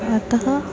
अतः